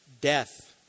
death